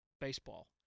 baseball